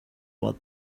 what